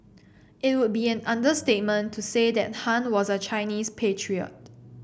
it would be an understatement to say that Han was a Chinese patriot